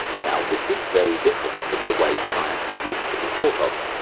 now, this is very different from the way science used to be thought of.